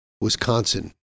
Wisconsin